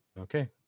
Okay